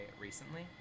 recently